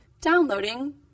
Downloading